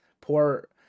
poor